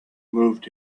moved